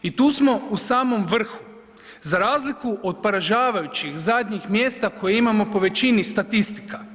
I tu smo u samom vrhu, za razliku od poražavajućih zadnjih mjesta koja imamo po većini statistika.